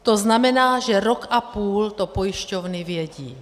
To znamená, že rok a půl to pojišťovny vědí.